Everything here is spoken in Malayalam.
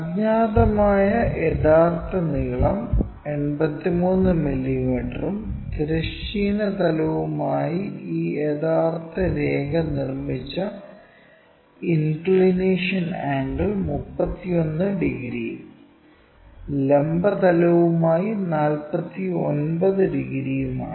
അജ്ഞാതമായ യഥാർത്ഥ നീളം 83 മില്ലീമീറ്ററും തിരശ്ചീന തലവുമായി ഈ യഥാർത്ഥ രേഖ നിർമ്മിച്ച ഇൻക്ക്ളിനേഷൻ ആംഗിൾ 31 ഡിഗ്രിയും ലംബ തലവുമായി 49 ഡിഗ്രിയുമാണ്